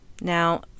Now